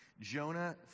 Jonah